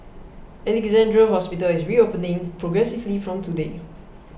Alexandra Hospital is reopening progressively from today